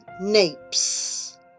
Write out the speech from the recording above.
napes